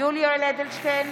יולי יואל אדלשטיין,